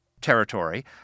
territory